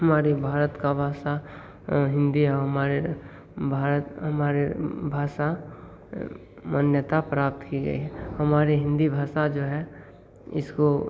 हमारे भारत का भाषा हिंदी है हमारे भारत हमारे भाषा मान्यता प्राप्त की गई है हमारे हिंदी भाषा जो है इसको